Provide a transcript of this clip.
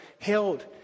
held